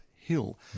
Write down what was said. Hill